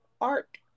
art